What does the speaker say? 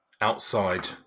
outside